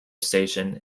station